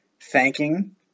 thanking